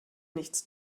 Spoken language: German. nichts